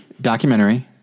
Documentary